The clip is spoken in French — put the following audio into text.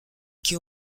qui